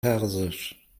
persisch